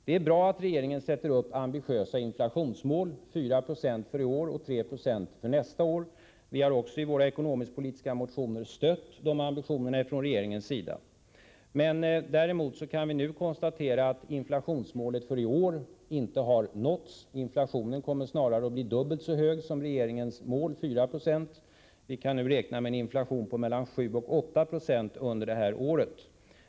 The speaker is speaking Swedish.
Det är bra att regeringen sätter upp ambitiösa inflationsmål — 4 96 för i år och 3 96 för nästa år. I våra ekonomisk-politiska motioner har vi också stött dessa ambitioner från regeringens sida. Men vi kan nu konstatera att inflationsmålet 4 96 för i år inte har nåtts — inflationen kommer att bli dubbelt så hög. Vi kan räkna med en inflation på mellan 7 och 8 76 under detta år.